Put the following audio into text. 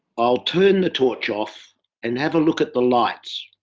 i'll turn the torch off and have a look the lights.